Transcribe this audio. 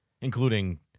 Including